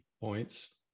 points